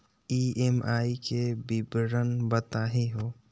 EMI के विवरण बताही हो?